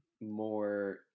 more